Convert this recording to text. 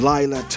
Lila